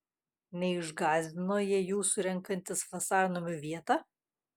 neišgąsdino jie jūsų renkantis vasarnamiui vietą